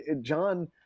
John